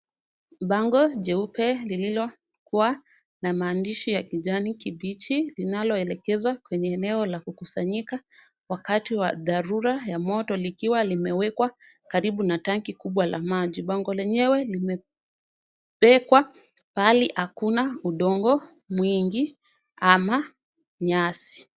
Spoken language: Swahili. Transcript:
Bango jeupe lililoandikwa na maandishi ya kijani kibichi linaloelekeza kwenye eneo la kusanyika wakati wa dharura ya moto likiwa limewekwa karibu na tanki kubwa la maji. Bango lenyewe limewekwa pahali hakuna udongo mwingi ama nyasi.